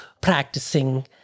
practicing